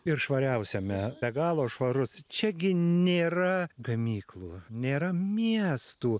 ir švariausiame be galo švarus čiagi nėra gamyklų nėra miestų